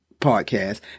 podcast